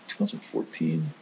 2014